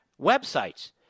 websites